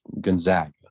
Gonzaga